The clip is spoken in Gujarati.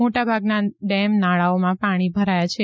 મોટાભાગના ડેમ નાળાઓમાં પાણી ભરાયા છે